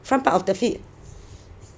front part of the feet